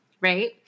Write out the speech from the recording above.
right